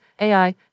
AI